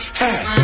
hey